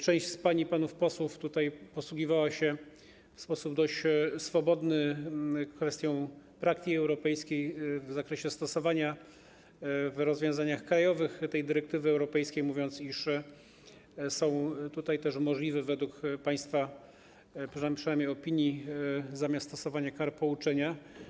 Część z pań i panów posłów posługiwała się tutaj w sposób dość swobodny kwestią praktyki europejskiej w zakresie stosowania w rozwiązaniach krajowych tej dyrektywy europejskiej, mówiąc, iż są tutaj też możliwe według państwa przytoczonej opinii zamiast stosowania kar pouczenia.